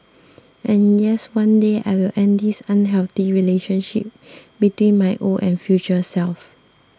and yes one day I will end this unhealthy relationship between my old and future selves